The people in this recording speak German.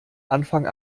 anfang